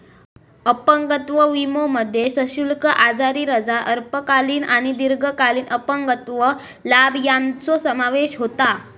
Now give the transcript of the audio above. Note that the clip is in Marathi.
अपंगत्व विमोमध्ये सशुल्क आजारी रजा, अल्पकालीन आणि दीर्घकालीन अपंगत्व लाभ यांचो समावेश होता